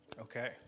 Okay